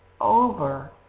over